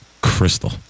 Crystal